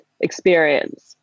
experience